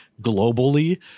globally